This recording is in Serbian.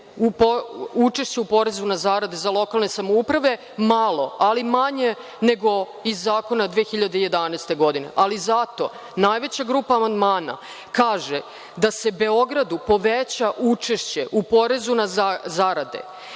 učešće u porezu na zarade za lokalne samouprave malo, ali manje nego iz zakona 2011. godine, ali zato najveća grupa amandmana kaže da se Beogradu poveća učešće u porezu na zarade